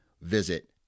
visit